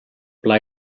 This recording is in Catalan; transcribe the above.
pla